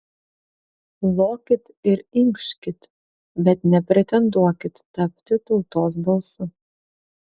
lokit ir inkškit bet nepretenduokit tapti tautos balsu